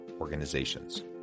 Organizations